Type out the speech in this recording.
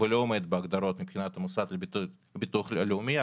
ולא עומד בהגדרות מבחינת המוסד לביטוח לאומי.